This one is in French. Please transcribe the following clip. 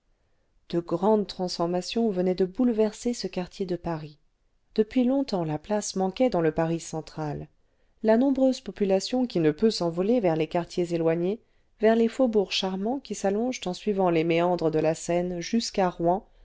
de grandes transformations venaient de bouleverser ce quartier de paris depuis longtemps la place manquait dans le paris central la nombreuse population qui ne peut s'envoler vers les quartiers éloignés vers les faubom'gs charmants qui s'allongent en suivant les méandres de la seine jusqu'à rouen